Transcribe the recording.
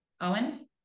owen